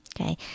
okay